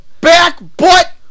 back-butt